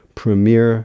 premier